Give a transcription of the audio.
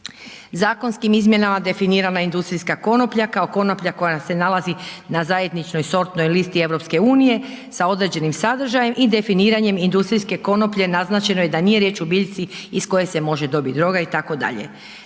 Zakonskim izmjenama definirana industrijska konoplja, kao konoplja koja se nalazi na zajedničnoj sortnoj listi EU sa određenim sadržajem i definiranjem industrijske konoplje naznačeno je da nije riječ o biljci iz koje se može dobit droga itd.